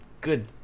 good